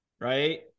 right